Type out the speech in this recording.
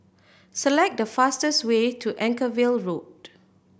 select the fastest way to Anchorvale Road